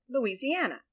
Louisiana